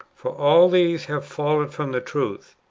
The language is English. for all these have fallen from the truth.